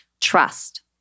Trust